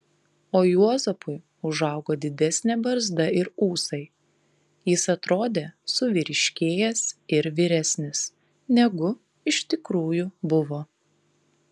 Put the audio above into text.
o juozapui užaugo didesnė barzda ir ūsai jis atrodė suvyriškėjęs ir vyresnis negu iš tikrųjų buvo